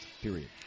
period